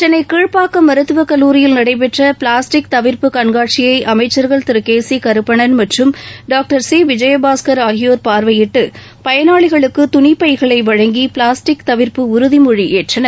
சென்னை கீழ்ப்பாக்கம் மருத்துவக் கல்லூரியில் நடைபெற்ற பிளாஸ்டிக் தவிா்ப்பு கண்காட்சியை அமைச்சர்கள் திரு கே சி கருப்பண்ணன் மற்றும் டாக்டர் சி விஜயபாஸ்கர் ஆகியோர் பார்வையிட்டு பயனாளிகளுக்கு துணி பை களை வழங்கி பிளாஸ்டிக் தவிர்ப்பு உறுதிமொழி ஏற்றனர்